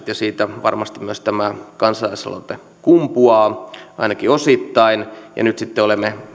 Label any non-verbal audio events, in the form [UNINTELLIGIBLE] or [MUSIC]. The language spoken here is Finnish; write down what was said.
[UNINTELLIGIBLE] ja siitä varmasti myös tämä kansalaisaloite kumpuaa ainakin osittain ja nyt sitten olemme